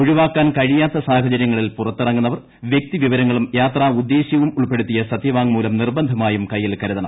ഒഴിവാക്കാൻ കഴിയാത്ത സാഹചര്യങ്ങളിൽ പുറത്തിറങ്ങുന്നവർ വൃക്തിവിവരങ്ങളും യാത്രാ ഉദ്ദേശൃവും ഉൾപ്പെടുത്തിയ സത്യവാങ്മൂലം നിർബന്ധമായും കൈയ്യിൽ ക്രൂതണം